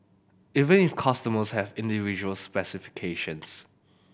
even if customers have individual specifications